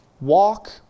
walk